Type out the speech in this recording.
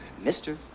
Mister